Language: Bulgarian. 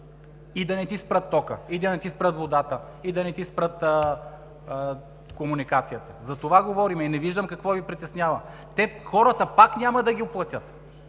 И да не ти спрат тока, и да не ти спрат водата, и да не ти спрат комуникацията – за това говорим. Не виждам какво Ви притеснява. Хората пак няма да ги платят,